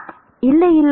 இல்லை இல்லை இல்லை